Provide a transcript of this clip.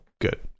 good